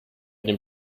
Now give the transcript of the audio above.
dem